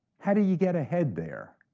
how do you get ahead there?